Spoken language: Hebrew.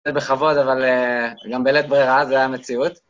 זה בכבוד, אבל גם בלית ברירה זה המציאות.